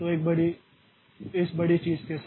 तो इस बड़ी चीज़ के साथ